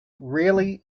really